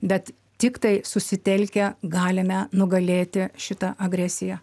bet tiktai susitelkę galime nugalėti šitą agresiją